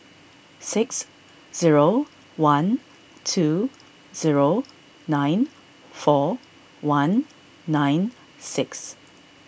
six zero one two zero nine four one nine six